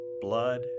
blood